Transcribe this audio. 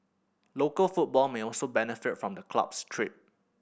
local football may also benefit from the club's trip